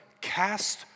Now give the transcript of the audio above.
cast